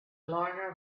learner